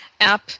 app